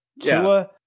Tua